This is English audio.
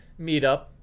meetup